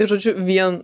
tai žodžiu vien